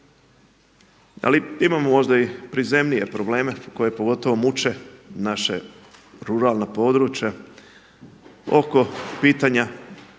Ali imamo možda i prizemnije probleme koji pogotovo muče naša ruralna područja oko pitanja